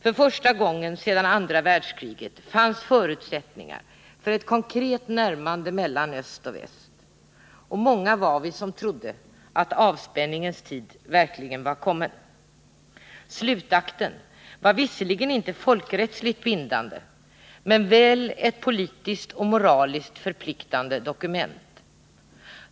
För första gången sedan andra världskriget fanns förutsättningar för ett konkret närmande mellan öst och väst. Många var vi som trodde att avspänningens tid verkligen var kommen. Slutakten var visserligen inte folkrättsligt bindande men väl ett politiskt och moraliskt förpliktande dokument.